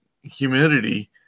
humidity